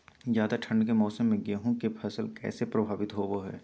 ज्यादा ठंड के मौसम में गेहूं के फसल कैसे प्रभावित होबो हय?